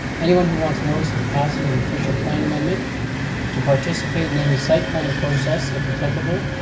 anyone who wants notice of the passing of the official plan amendment to participate in any site plan process, if applicable,